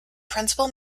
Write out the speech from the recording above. principal